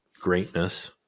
greatness